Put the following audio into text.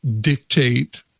dictate